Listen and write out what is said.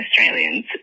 Australians